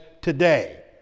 today